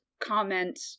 Comment